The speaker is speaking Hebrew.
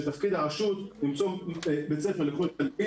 שתפקיד הרשות למצוא בית ספר לכל תלמיד,